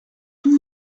tout